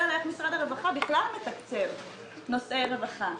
לדרך בה משרד הרווחה מתקצב נושאי רווחה.